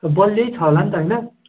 बलियै छ होला नि त होइन